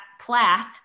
Plath